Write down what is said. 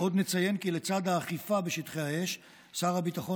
עוד נציין כי לצד האכיפה בשטחי האש שר הביטחון